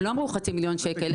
הם לא אמרו חצי מיליון שקל.